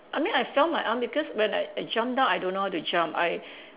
I mean I fell my arm because when I I jump down I don't know how to jump I